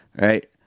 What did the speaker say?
right